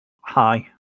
Hi